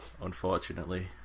Unfortunately